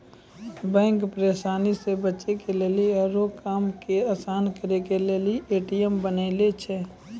bank परेशानी से बचे के लेली आरु कामो के असान करे के लेली ए.टी.एम बनैने छै